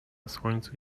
słońcu